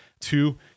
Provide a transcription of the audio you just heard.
Two